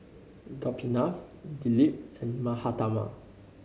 Gopinath Dilip and Mahatma